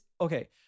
Okay